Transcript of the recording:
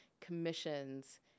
commissions